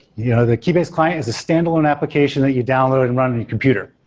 you know the keybase client is a standalone application that you download and run in your computer.